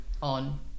on